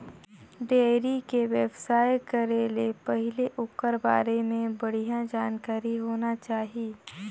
dairy के बेवसाय करे ले पहिले ओखर बारे में बड़िहा जानकारी होना चाही